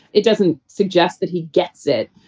it doesn't suggest that he gets it,